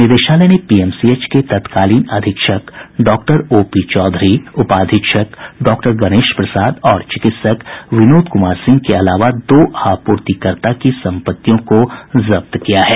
निदेशालय ने पीएमसीएच के तत्कालीन अधीक्षक डॉक्टर ओपी चौधरी उपाधीक्षक डॉक्टर गणेश प्रसाद और चिकित्सक विनोद कुमार सिंह के अलावा दो आपूर्तिकर्ता की संपत्तियों को जब्त किया है